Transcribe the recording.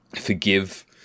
forgive